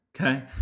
Okay